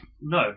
No